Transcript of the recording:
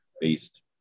based